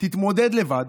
תתמודד לבד,